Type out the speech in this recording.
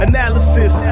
Analysis